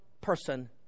person